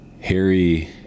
Harry